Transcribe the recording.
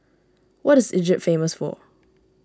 what is Egypt famous for